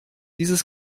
dieses